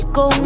go